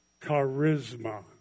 charisma